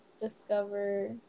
Discover